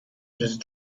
just